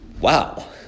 Wow